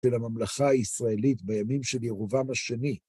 של הממלכה הישראלית בימים של ירובעם השני.